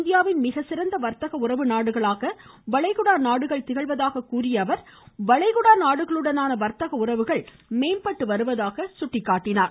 இந்தியாவின் மிகச்சிறந்த வர்த்தக உறவு நாடுகளாக வளைகுடா நாடுகள் திகழ்வதாக கூறிய அவர் வளைகுடா நாடுகளுடனான வர்த்தக உறவுகள் மேம்பட்டு வருவதாக தெரிவித்தார்